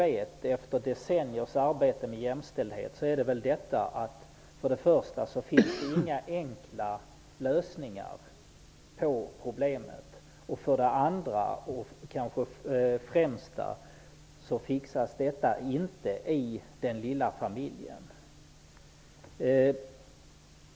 Efter decenniers arbete med jämställdhet vet vi för det första att det inte finns några enkla lösningar på problemet, för det andra och kanske främsta att detta inte klaras i familjen.